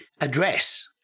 address